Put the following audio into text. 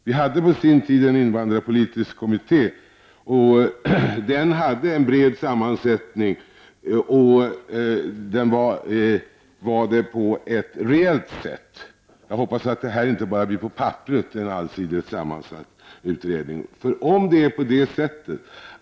Det fanns på sin tid en invandrarpolitisk kommitté, och den hade en bred sammansättning på ett reellt sätt. Jag hoppas att det här inte blir en allsidigt sammansatt utredning bara på papperet.